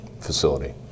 facility